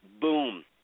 Boom